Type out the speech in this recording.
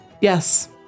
yes